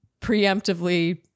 preemptively